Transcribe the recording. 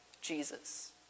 Jesus